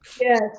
Yes